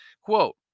Quote